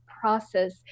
process